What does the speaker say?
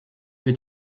für